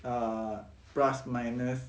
err plus minus